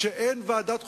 כשאין ועדת חוקה,